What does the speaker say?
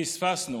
פספסנו.